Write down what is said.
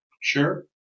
Sure